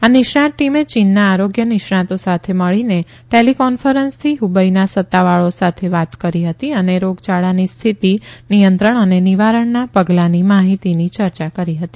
આ નિષ્ણાંત ટીમે ચીનના આરોગ્ય નિષ્ણાંતો સાથે મળીને ટેલી કોન્ફરન્સથી ફબઇના સત્તાવાળાઓ સાથે વાત કરી હતી અને રોગયાળાની સ્થિતિ નિયંત્રણ અને નિવારણના પગલાની માહિતીની ચર્ચા કરી હતી